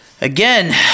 again